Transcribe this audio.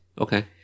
Okay